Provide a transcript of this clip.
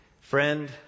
Friend